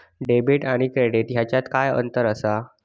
Debit आणि credit ह्याच्यात काय अंतर असा?